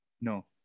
No